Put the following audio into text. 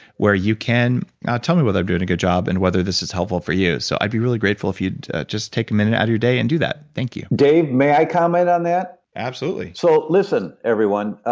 where you can ah tell me whether i'm doing a good job, and whether this is helpful for you. so i'd be really grateful if you'd just take a minute out of your day and do that. thank you dave, may i comment on that? absolutely so listen, listen, everyone,